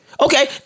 Okay